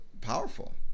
powerful